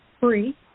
free